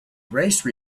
race